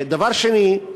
דבר שני,